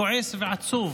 כאן סולידריות,